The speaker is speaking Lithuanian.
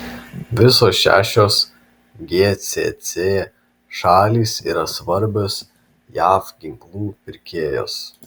visos šešios gcc šalys yra svarbios jav ginklų pirkėjos